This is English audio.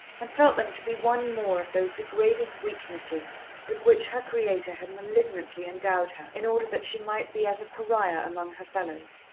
and felt them to be one more of those degrading weaknesses with which her creator had malignantly endowed her in order that she might be as a pariah among her fellows.